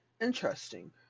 Interesting